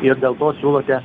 ir dėl to siūlote